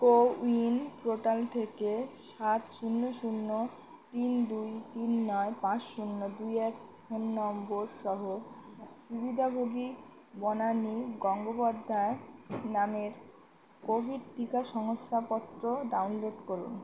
CoWIN portal থেকে সাত শূন্য শূন্য তিন দুই তিন নয় পাঁচ শূন্য দুই এক ফোন নম্বর সহ সুবিধাভোগী বনানী গঙ্গোপাধ্যায় নামের কোভিড টিকা শংসাপত্র ডাউনলোড করুন